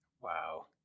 Wow